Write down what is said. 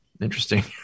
interesting